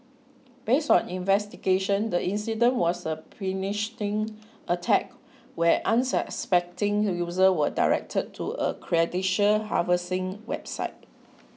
based on investigations the incident was a phishing attack where unsuspecting users were directed to a credential harvesting website